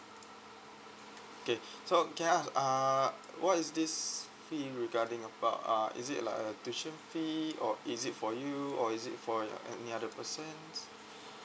okay so can I ask uh what is this fee regarding about uh is it like a tuition fee or is it for you or is it for any other persons